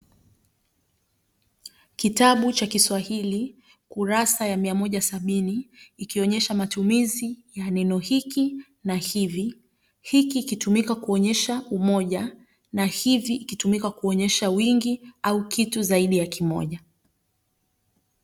Kitabu cha kiswahili, kurasa ya miamoja sabini, ikionyesha matumizi ya neno hiki na hivi . Hiki ikitumika kuonyesha umoja , na hivi ikitumika kuonyesha wingi au kitu zaidi ya kimoja.